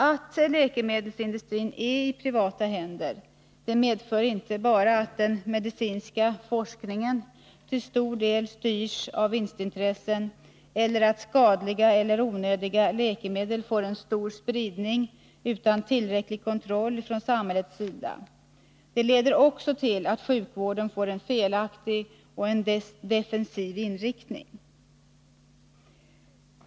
Att läkemedelsindustrin är i privata händer medför inte bara att den medicinska forskningen till stor del styrs av vinstintressen och att skadliga eller onödiga läkemedel får stor spridning utan tillräcklig kontroll från samhällets sida. Det leder också till att sjukvården får en felaktig och defensiv inriktning.